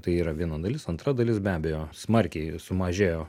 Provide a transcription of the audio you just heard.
tai yra viena dalis antra dalis be abejo smarkiai sumažėjo